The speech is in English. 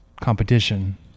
competition